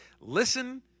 Listen